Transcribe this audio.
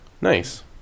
nice